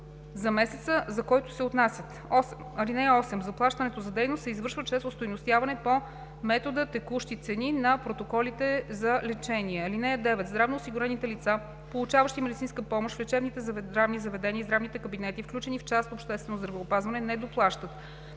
за месеца, за който се отнасят. (8) Заплащането „за дейност“ се извършва чрез остойностяване по метода „текущи цени“ на протоколите за лечение. (9) Здравноосигурените лица, получаващи медицинска помощ в лечебните, здравните заведения и здравните кабинети, включени в част „Обществено здравеопазване“, не доплащат.